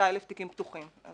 156,000 תיקים פתוחים.